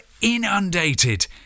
inundated